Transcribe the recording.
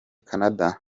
canada